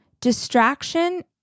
Distraction